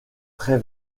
très